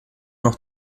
noch